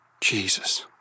Jesus